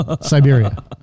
Siberia